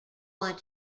want